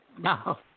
No